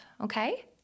Okay